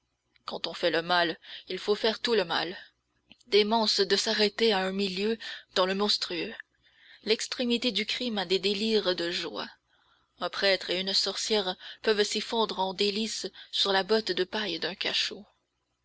quand on fait le mal il faut faire tout le mal démence de s'arrêter à un milieu dans le monstrueux l'extrémité du crime a des délires de joie un prêtre et une sorcière peuvent s'y fondre en délices sur la botte de paille d'un cachot